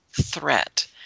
threat